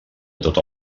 tota